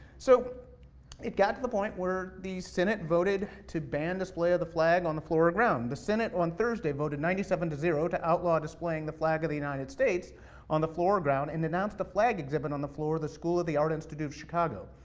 so it got to the point where the senate voted to ban display of the flag on the floor or ground. the senate, on thursday, voted ninety seven to zero to outlaw displaying the flag of the united states on the floor or ground, and denounced the flag exhibit on the floor of the school of the art institute of chicago.